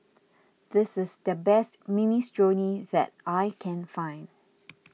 this is the best Minestrone that I can find